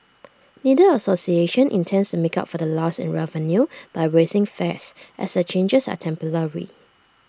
neither association intends make up for the loss in revenue by raising fares as the changes are temporary